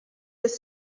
jest